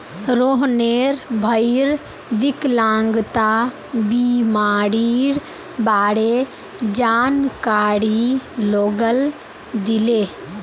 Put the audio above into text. रोहनेर भईर विकलांगता बीमारीर बारे जानकारी लोगक दीले